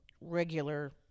regular